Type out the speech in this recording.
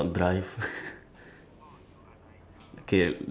no I'm in like inside the parks uh tram guide